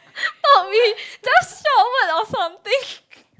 not me just shout word or something